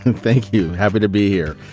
thank you happy to be here.